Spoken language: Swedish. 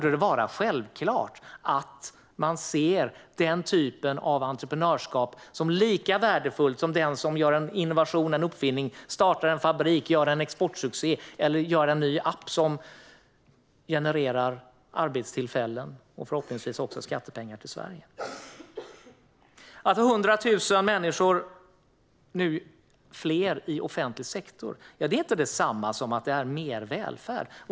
Det borde vara självklart att man ser sådant entreprenörskap som lika värdefullt som den som gör en innovation eller en uppfinning, startar en fabrik, gör en exportsuccé eller skapar en ny app som genererar arbetstillfällen och förhoppningsvis även skattepengar till Sverige. Att det nu finns 100 000 fler människor i offentlig sektor är inte detsamma som att det finns mer välfärd.